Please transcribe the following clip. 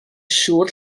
siŵr